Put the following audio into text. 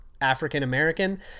African-American